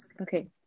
Okay